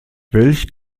welch